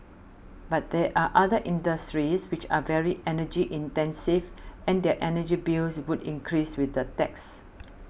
but there are other industries which are very energy intensive and their energy bills would increase with the tax